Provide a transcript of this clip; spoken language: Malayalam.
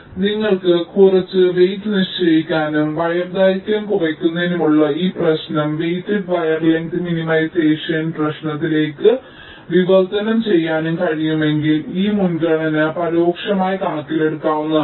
അതിനാൽ നിങ്ങൾക്ക് കുറച്ച് വെയ്റ് നിശ്ചയിക്കാനും വയർ ദൈർഘ്യം കുറയ്ക്കുന്നതിനുള്ള ഈ പ്രശ്നം വെയിറ്റഡ് വയർ ലെങ്ത് മിനിമൈസേഷൻ പ്രശ്നത്തിലേക്ക് വിവർത്തനം ചെയ്യാനും കഴിയുമെങ്കിൽ ഈ മുൻഗണന പരോക്ഷമായി കണക്കിലെടുക്കാവുന്നതാണ്